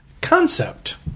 Concept